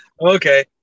Okay